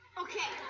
Okay